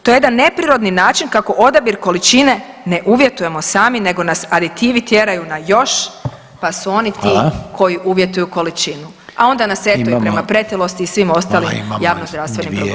To je jedan neprirodni način kako odabir količine ne uvjetujemo sami nego nas aditivi tjeraju na još pa su oni ti [[Upadica: Hvala.]] koji uvjetuju količinu, a onda nas eto i prema pretilosti i svim ostalim javnozdravstvenim problemima.